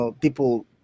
people